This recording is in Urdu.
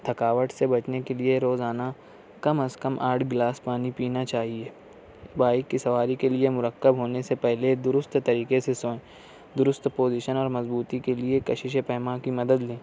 تھکاوٹ سے بچنے کے لیے روزانہ کم از کم آٹھ گلاس پانی پینا چاہیے بائیک کی سواری کے لیے مرکب ہونے سے پہلے دُرست طریقے سے سوئیں دُرست پوزیشن اور مضبوطی کے لیے کششِ پیماں کی مدد لیں